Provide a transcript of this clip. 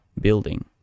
building